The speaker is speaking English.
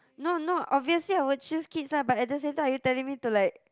no not obviously I will choose kids ah but at the same time are you telling me to like